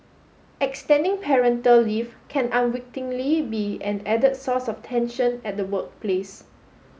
extending parental leave can unwittingly be an added source of tension at the workplace